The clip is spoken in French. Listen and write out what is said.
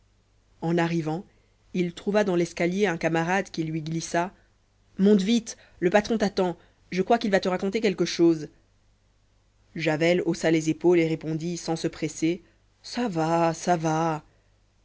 en arrivant il trouva dans l'escalier un camarade qui lui glissa monte vite le patron t'attend je crois qu'il va te raconter quelque chose javel haussa les épaules et répondit sans se presser ça va ça va